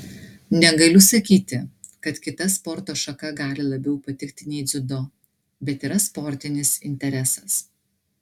negaliu sakyti kad kita sporto šaka gali labiau patikti nei dziudo bet yra sportinis interesas